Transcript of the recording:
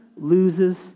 loses